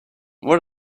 what